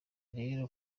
rero